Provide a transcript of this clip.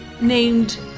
named